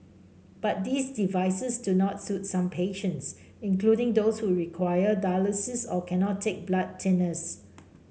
but these devices do not suit some patients including those who require dialysis or cannot take blood thinners